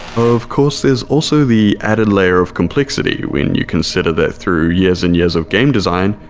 of course there's also the added layer of complexity when you consider that through years and years of game design,